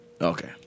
Okay